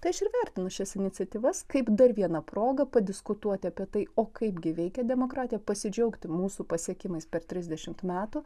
tai aš ir vertinu šias iniciatyvas kaip dar vieną progą padiskutuoti apie tai o kaipgi veikia demokratija pasidžiaugti mūsų pasiekimais per trisdešimt metų